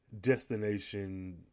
destination